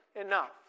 enough